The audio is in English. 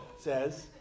says